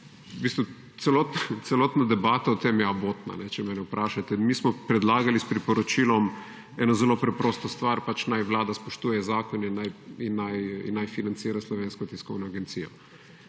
celotna debata o tem je abotna, če mene vprašate. Mi smo predlagali s priporočilom, eno zelo preprosto stvar, naj Vlada spoštuje zakone, naj financira Slovensko tiskovno agencijo.